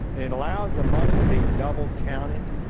it allows the money to be double counted.